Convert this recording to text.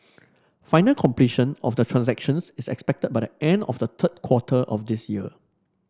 final completion of the transactions is expected by the end of the third quarter of this year